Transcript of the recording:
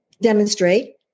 demonstrate